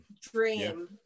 dream